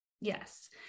Yes